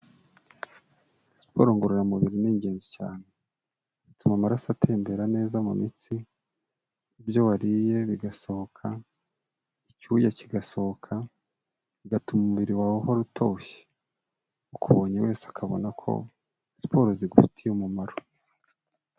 Siporo ngororamubiri ni ingenzi cyane. Zituma amaraso atembera neza mu mitsi, ibyo wariye bigasohoka, icyuya kigasohoka, bigatuma umubiri wawe uhora utoshye. Ukubonye wese akabona ko siporo zigufitiye umumaro.